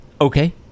Okay